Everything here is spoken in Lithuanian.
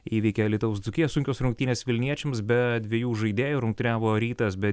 įveikė alytaus dzūkija sunkios rungtynės vilniečiams be dviejų žaidėjų rungtyniavo rytas be